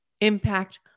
impact